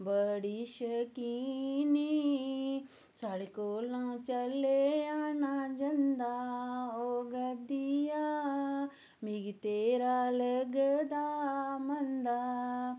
बड़ी शकीनी साढ़े कोलां झह्ल्लेआ ना जंदा ओ गद्दिया मिकी तेरा लगदा मंदा